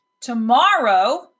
Tomorrow